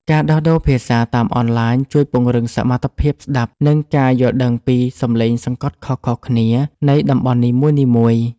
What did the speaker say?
ការដោះដូរភាសាតាមអនឡាញជួយពង្រឹងសមត្ថភាពស្ដាប់ និងការយល់ដឹងពីសម្លេងសង្កត់ខុសៗគ្នានៃតំបន់នីមួយៗ។